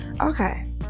Okay